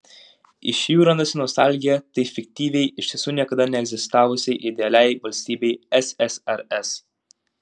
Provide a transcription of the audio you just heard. iš jų randasi nostalgija tai fiktyviai iš tiesų niekada neegzistavusiai idealiai valstybei ssrs